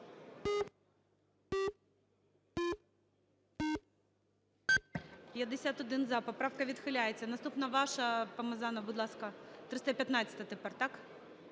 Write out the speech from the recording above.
За-51 Поправка відхиляється. Наступна ваша, Помазанов, будь ласка. 315-а тепер. Так?